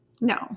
No